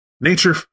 Nature